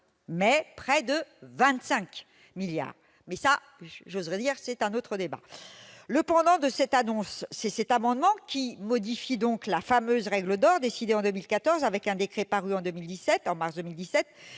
mais près de 25 milliards d'euros. Cela, si j'ose dire, relève d'un autre débat ... Le pendant de cette annonce, c'est cet amendement qui modifie la fameuse règle d'or décidée en 2014 par un décret paru en mars 2017